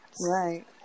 right